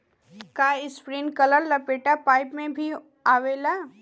का इस्प्रिंकलर लपेटा पाइप में भी आवेला?